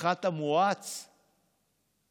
הפחת המואץ לעולם,